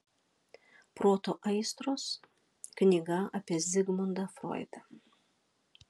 proto aistros knyga apie zigmundą froidą